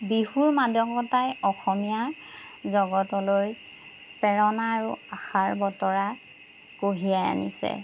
বিহুৰ মাদকতাই অসমীয়াৰ জগতলৈ প্ৰেৰণা আৰু আশাৰ বতৰা কঢ়িয়াই আনিছে